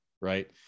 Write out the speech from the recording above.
Right